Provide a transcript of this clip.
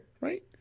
right